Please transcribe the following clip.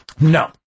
No